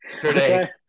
Today